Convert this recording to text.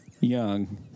young